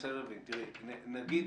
תראי, נגיד,